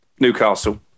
Newcastle